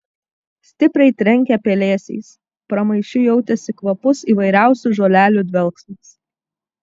stipriai trenkė pelėsiais pramaišiui jautėsi kvapus įvairiausių žolelių dvelksmas